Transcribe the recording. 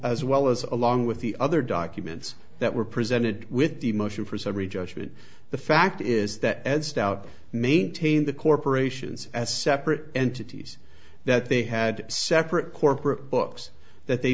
as well as along with the other documents that were presented with the motion for summary judgment the fact is that as doubt maintain the corporations as separate entities that they had separate corporate books that they